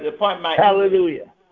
Hallelujah